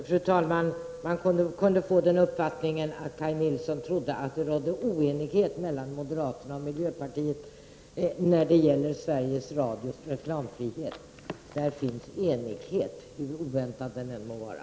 Fru talman! Man kunde få den uppfattningen att Kaj Nilsson trodde att det rådde oenighet mellan moderaterna och miljöpartiet när det gäller Sveriges Radios reklamfrihet. Där finns enighet. hur oväntad den än må vara.